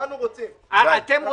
כולנו רוצים --- אתם רוצים,